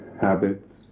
habits